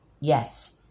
Yes